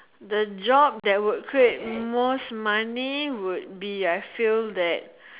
the job that would create most money would be I feel that